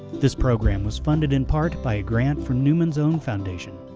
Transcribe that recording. this program was funded in part by a grant from newman's own foundation,